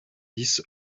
dix